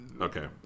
okay